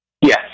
Yes